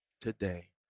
today